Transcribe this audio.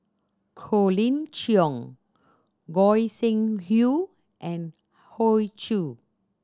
Colin Cheong Goi Seng Hui and Hoey Choo